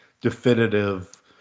definitive